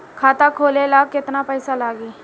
खाता खोले ला केतना पइसा लागी?